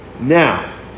Now